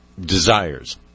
desires